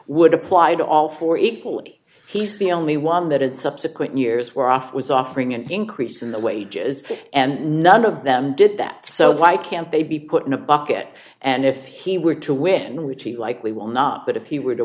would apply to all four equally he's the only one that had subsequent years we're off was offering an increase in the wages and none of them did that so why can't they be put in a bucket and if he were to win which he likely will not but if he were to